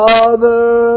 Father